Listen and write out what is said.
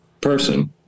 person